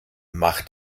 macht